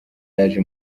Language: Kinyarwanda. yaje